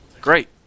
Great